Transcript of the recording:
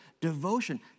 devotion